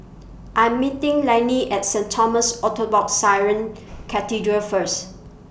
I'm meeting Lainey At Saint Thomas Orthodox Syrian Cathedral First